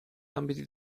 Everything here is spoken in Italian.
ambiti